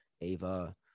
Ava